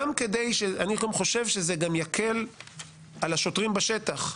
גם כדי ואני קודם כל חושב שזה גם יקל על השוטרים בשטח.